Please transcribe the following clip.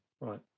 Right